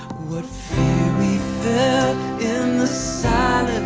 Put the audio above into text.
what fear we felt in the silent